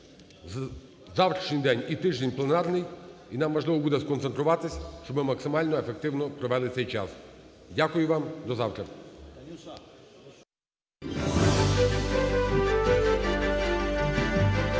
завтрашній день і тиждень пленарний, і нам важливо буде сконцентруватись, щоб ми максимально ефективно провели цей час. Дякую вам. До завтра.